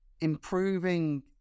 improving